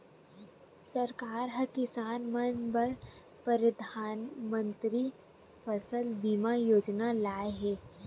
सरकार ह किसान मन बर परधानमंतरी फसल बीमा योजना लाए हे